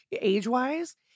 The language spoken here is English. age-wise